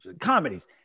comedies